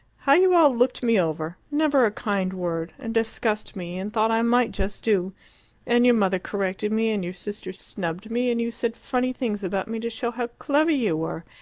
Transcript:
how you all looked me over never a kind word and discussed me, and thought i might just do and your mother corrected me, and your sister snubbed me, and you said funny things about me to show how clever you were!